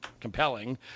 compelling